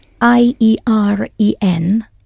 I-E-R-E-N